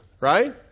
right